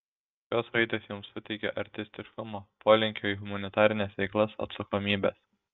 šios raidės jums suteikia artistiškumo polinkio į humanitarines veiklas atsakomybės